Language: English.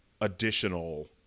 additional